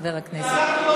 חבר הכנסת ליצמן.